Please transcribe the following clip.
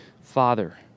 Father